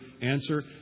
answer